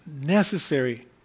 necessary